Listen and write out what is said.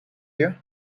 you